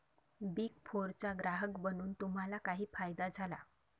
Big फोरचा ग्राहक बनून तुम्हाला काही फायदा झाला?